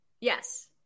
Yes